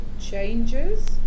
changes